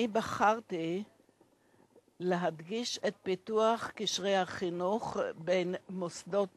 בחרתי להדגיש את פיתוח קשרי החינוך בין המוסדות